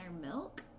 milk